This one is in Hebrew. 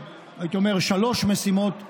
הייתי אומר, לשלוש משימות לאומיות: